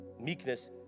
meekness